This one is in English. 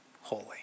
holy